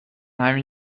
همین